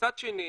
מצד שני,